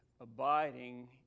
abiding